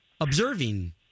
observing